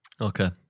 Okay